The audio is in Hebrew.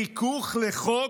ריכוך לחוק?